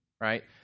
Right